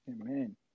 Amen